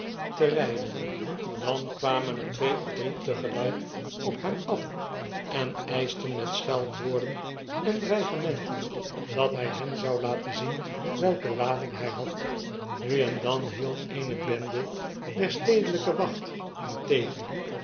te ryden dan kwamen er twee of drie tegelijk op hem af en eischten met scheldwoorden en dreigementen dat hij hen zoulatenzien welke lading hg had nu en dan hield eene bende der stedelijke wacht hem tegen